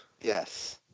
Yes